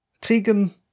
Tegan